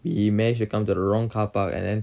we managed to come to the wrong carpark and then